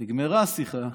נגמרה השיחה.